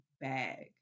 bag